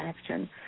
action